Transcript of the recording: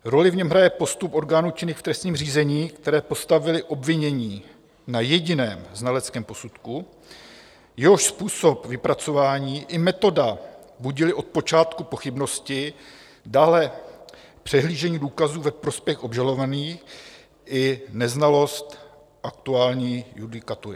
Roli v něm hraje postup orgánů činných v trestním řízení, které postavily obvinění na jediném znaleckém posudku, jehož způsob vypracování i metoda budily od počátku pochybnosti, dále přehlížení důkazů ve prospěch obžalovaných i neznalost aktuální judikatury.